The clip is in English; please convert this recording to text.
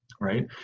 Right